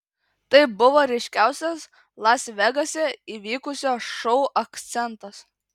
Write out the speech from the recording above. tai buvo ryškiausias las vegase įvykusio šou akcentas